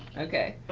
okay.